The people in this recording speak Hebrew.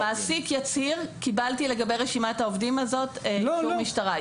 המעסיק יצהיר: קיבלתי לגבי רשימת העובדים הזאת אישור משטרה.